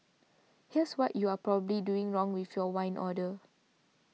here's what you are probably doing wrong with your wine order